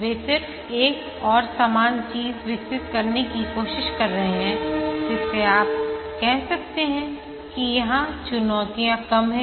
वे सिर्फ एक और समान चीज विकसित करने की कोशिश कर रहे हैं जिससे आप कह सकते हैं कि यहां चुनौतियां कम हैं